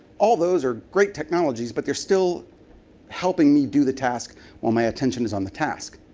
all of those are great technologies, but they're still helping me do the task while my attention is on the task.